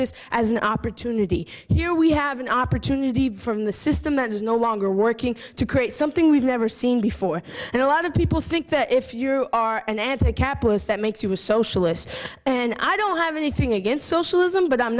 this as an opportunity here we have an opportunity for the system that is no longer working to create something we've never seen before and a lot of people think that if you are an anti capitalist that makes you a socialist and i don't have anything against socialism but i'm